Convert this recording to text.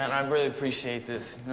and um really appreciate this,